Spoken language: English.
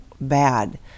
bad